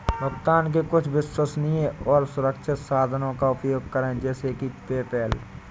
भुगतान के कुछ विश्वसनीय और सुरक्षित साधनों का उपयोग करें जैसे कि पेपैल